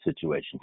situation